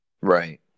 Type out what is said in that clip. Right